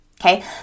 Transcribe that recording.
Okay